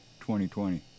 2020